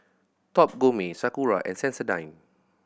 Top Gourmet Sakura and Sensodyne